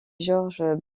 georg